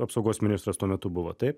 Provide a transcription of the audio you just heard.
apsaugos ministras tuo metu buvot taip